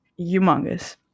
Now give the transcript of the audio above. humongous